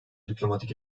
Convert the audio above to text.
diplomatik